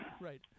Right